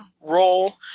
role